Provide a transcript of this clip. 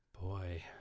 Boy